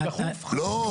לא.